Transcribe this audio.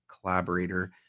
collaborator